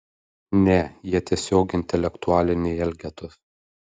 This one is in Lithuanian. ne jie tiesiog intelektualiniai elgetos